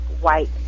white